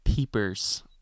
Peepers